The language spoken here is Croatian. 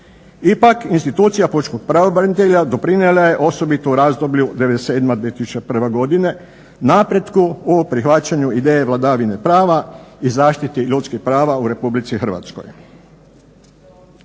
Ipak, institucija pučkog pravobranitelja doprinijela je osobito u razdoblju '97. – 2001. godina napretku u prihvaćanju ideje vladavine prava i zaštiti ljudskih prava u RH. Hrvatski